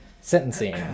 sentencing